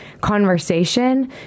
conversation